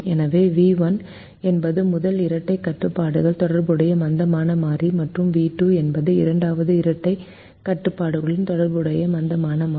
எனவே வி 1 என்பது முதல் இரட்டைக் கட்டுப்பாட்டுடன் தொடர்புடைய மந்தமான மாறி மற்றும் வி 2 என்பது இரண்டாவது இரட்டைக் கட்டுப்பாட்டுடன் தொடர்புடைய மந்தமான மாறி